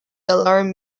alarm